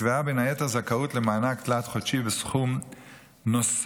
נקבעה בין היתר זכאות למענק תלת-חודשי בסכום נוסף